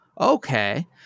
okay